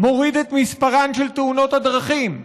מוריד את מספרן של תאונות הדרכים.